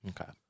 Okay